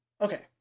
Okay